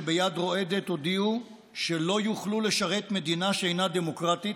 שביד רועדת הודיעו שלא יוכלו לשרת מדינה שאינה דמוקרטית,